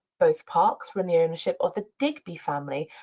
both parks were in the ownership or the digby family,